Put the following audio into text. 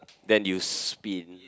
then you spin